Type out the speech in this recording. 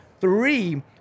Three